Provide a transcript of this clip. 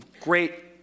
great